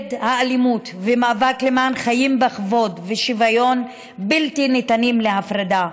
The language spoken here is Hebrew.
נגד האלימות והמאבק למען חיים בכבוד ובשוויון בלתי ניתנים להפרדה,